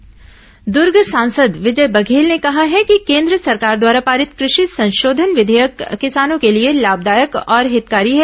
विजय बघेल किसान चौपाल दुर्ग सांसद विजय बघेल ने कहा है कि केन्द्र सरकार द्वारा पारित कृषि संशोधन विधेयक किसानों के लिए लाभदायक और हितकारी है